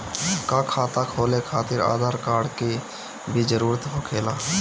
का खाता खोले खातिर आधार कार्ड के भी जरूरत होखेला?